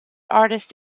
artists